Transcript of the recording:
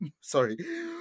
sorry